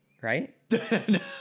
right